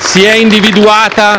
s*i è individuata